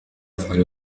أفعل